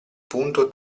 punto